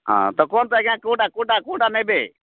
ହଁ ତ କୁହନ୍ତୁ ଆଜ୍ଞା କୋଉଟା କୋଉଟା କୋଉଟା ନେବେ